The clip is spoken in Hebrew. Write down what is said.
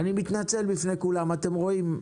נציג הנכים, בבקשה.